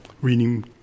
reading